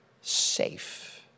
safe